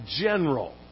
general